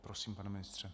Prosím, pane ministře.